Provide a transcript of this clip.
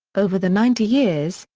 over the ninety years,